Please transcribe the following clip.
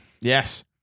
Yes